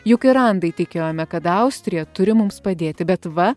juk ir andai tikėjome kad austrija turi mums padėti bet va